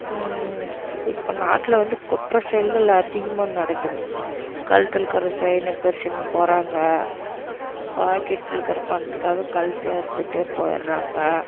இப்போ நாட்டில் வந்து குற்ற செயல்கள் அதிகமாக நடக்குது கழுத்துல இருக்குற செயினை பறிச்சுன்னு போகிறாங்க பாக்கெட்டில் இருக்குற பணத்துக்காக கழுத்தையே அறுத்துகிட்டு போயிடுறாங்க